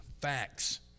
facts